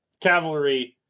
cavalry